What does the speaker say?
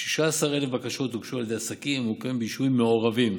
וכ-16,000 בקשות הוגשו על ידי עסקים הממוקמים ביישובים מעורבים,